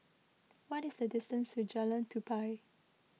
what is the distance to Jalan Tupai